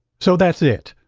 so that's it!